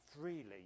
freely